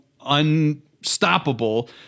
unstoppable